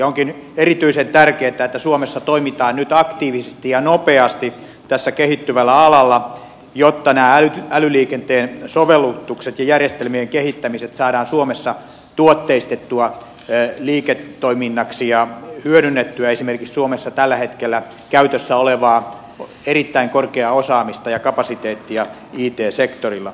onkin erityisen tärkeätä että suomessa toimitaan nyt aktiivisesti ja nopeasti tällä kehittyvällä alalla jotta nämä älyliikenteen sovellutukset ja järjestelmien kehittämiset saadaan suomessa tuotteistettua liiketoiminnaksi ja hyödynnettyä esimerkiksi suomessa tällä hetkellä käytössä olevaa erittäin korkeaa osaamista ja kapasiteettia it sektorilla